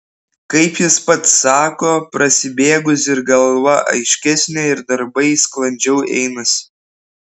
kaip jis pats sako prasibėgus ir galva aiškesnė ir darbai sklandžiau einasi